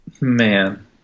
man